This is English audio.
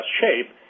shape